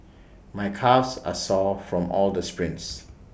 my calves are sore from all the sprints